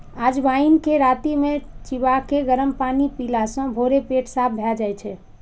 अजवाइन कें राति मे चिबाके गरम पानि पीला सं भोरे पेट साफ भए जाइ छै